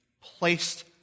placed